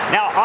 Now